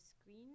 screen